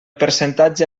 percentatge